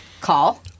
call